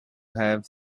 have